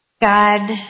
God